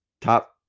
top